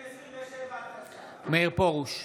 בעד מאיר פרוש,